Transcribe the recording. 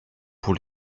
pour